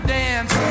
dance